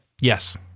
Yes